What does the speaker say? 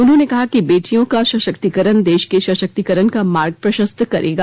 उन्होंने कहा कि बेटियों का सशक्तिकरण देश के सशक्तिकरण का मार्ग प्रशस्त करेगा